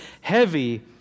heavy